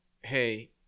hey